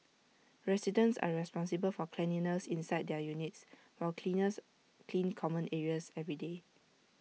residents are responsible for cleanliness inside their units while cleaners clean common areas every day